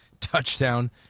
touchdown